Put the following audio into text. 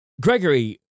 Gregory